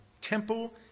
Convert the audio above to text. temple